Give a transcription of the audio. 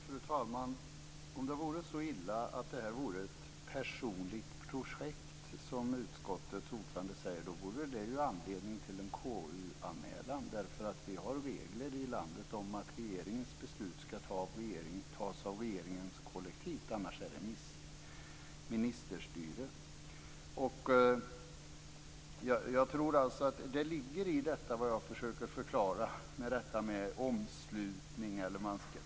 Fru talman! Om det vore så illa att det vore ett personligt projekt, som utskottets ordförande säger, vore det anledning till en KU-anmälan. Vi har regler i landet om att regeringens beslut ska fattas av regeringen kollektivt, annars är det ministerstyre. Det ligger i det jag försöker förklara med omslutning.